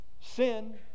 sin